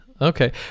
okay